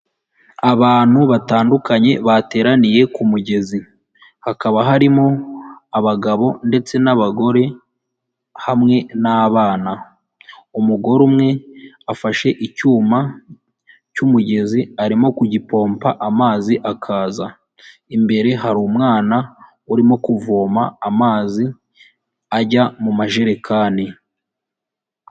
Abantu batandukanye bateraniye ku mugezi, hakaba harimo abagabo ndetse n'abagore hamwe n'abana. Umugore umwe afashe icyuma cy'umugezi arimo kugipompa amazi akaza, imbere hari umwana urimo kuvoma amazi ajya mu majerekani.